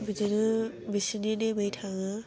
बिदिनो बिसिनि नेमै थाङो